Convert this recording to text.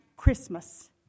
Christmas